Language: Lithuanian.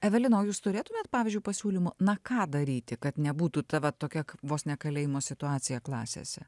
evelina o jūs turėtumėt pavyzdžiui pasiūlymų na ką daryti kad nebūtų ta va tokia vos ne kalėjimo situacija klasėse